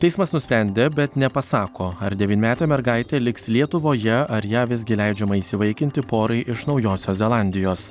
teismas nusprendė bet nepasako ar devynmetė mergaitė liks lietuvoje ar ją visgi leidžiama įsivaikinti porai iš naujosios zelandijos